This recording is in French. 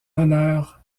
honneur